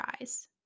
eyes